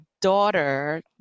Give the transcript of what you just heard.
daughter